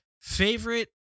Favorite